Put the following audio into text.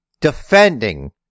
defending